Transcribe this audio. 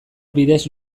bidez